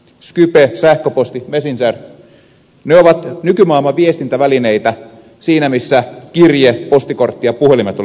skype sähköposti messenger ne ovat nykymaailman viestintävälineitä siinä missä kirje postikortti ja puhelimet olivat ennen